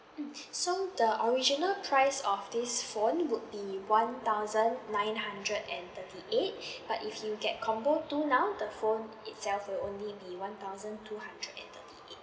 mm so the original price of this phone would the one thousand nine hundred and thirty eight but if you get combo two now the phone itself will be only one thousand two hundred and thirty eight